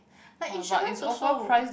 like insurance also